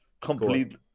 complete